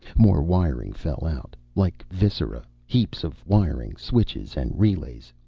more wiring fell out. like viscera. heaps of wiring, switches and relays.